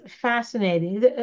fascinating